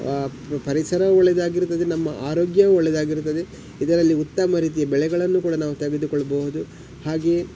ಪರಿಸರ ಒಳ್ಳೆಯದಾಗಿರ್ತದೆ ನಮ್ಮ ಆರೋಗ್ಯವು ಒಳ್ಳೆಯದಾಗಿರ್ತದೆ ಇದರಲ್ಲಿ ಉತ್ತಮ ರೀತಿಯ ಬೆಳೆಗಳನ್ನು ಕೂಡ ನಾವು ತೆಗೆದುಕೊಳ್ಳಬಹುದು ಹಾಗೆಯೇ